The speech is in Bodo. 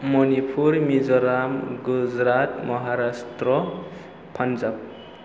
मनिपुर मिज'राम गुजरात महाराष्ट्र पान्जाब